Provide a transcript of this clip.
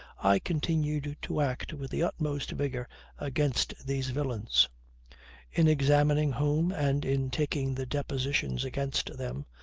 i continued to act with the utmost vigor against these villains in examining whom, and in taking the depositions against them,